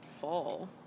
fall